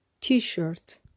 T-shirt